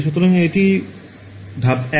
সুতরাং এটি ধাপ 1